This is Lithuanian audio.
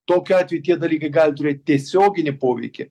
tokiu atveju tie dalykai gal turėt tiesioginį poveikį